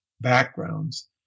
backgrounds